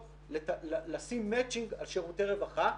לשים מצ'ינג על שירותי רווחה.